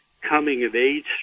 coming-of-age